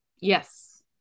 Yes